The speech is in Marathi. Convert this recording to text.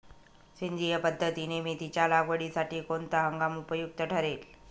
सेंद्रिय पद्धतीने मेथीच्या लागवडीसाठी कोणता हंगाम उपयुक्त ठरेल?